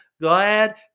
glad